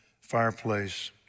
fireplace